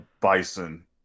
bison